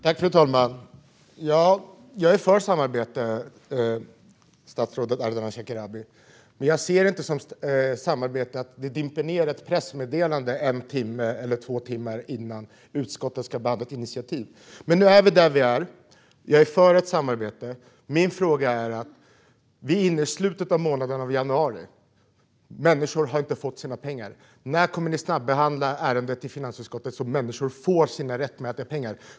Fru talman! Jag är för samarbete, statsrådet Ardalan Shekarabi, men jag ser det inte som samarbete när det dimper ned ett pressmeddelande en timme eller två timmar innan utskottet ska behandla ett initiativ. Men nu är vi där vi är, och jag är för ett samarbete. Vi är inne i slutet av månaden av januari, och människor har inte fått sina pengar. Min fråga är: När kommer ni att snabbehandla ärendet i finansutskottet så att människor får sina rättmätiga pengar?